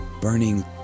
burning